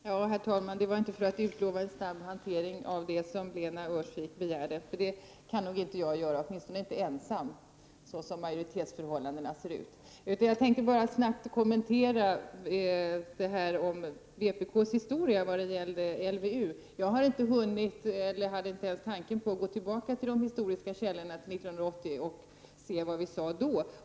Herr talman! Jag har inte begärt ordet för att utlova en sådan snabb hantering som Lena Öhrsvik begärde. Det kan jag inte göra, åtminstone inte ensam såsom majoritetsförhållandena ser ut. Jag tänkte bara snabbt kommentera vpk:s historia vad gäller behandlingen av LVU. Jag har inte hunnit eller ens haft en tanke på att gå tillbaka till de historiska källorna för att se vad vi sade 1980.